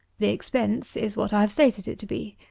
the expense is what i have stated it to be.